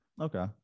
Okay